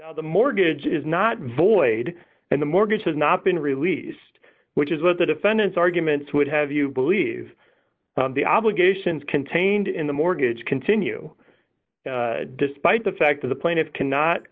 g the mortgage is not void and the mortgage has not been released which is what the defendant's arguments would have you believe the obligations contained in the mortgage continue despite the fact of the pla